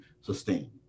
sustain